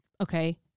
Okay